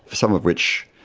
some of which,